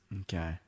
Okay